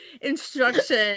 instruction